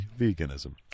Veganism